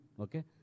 Okay